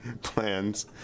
plans